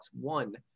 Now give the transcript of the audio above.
One